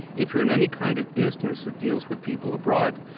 if you're in any kind of business that deals with people abroad,